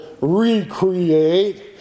recreate